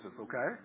okay